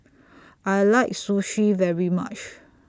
I like Sushi very much